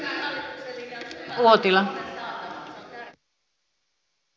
arvoisa puhemies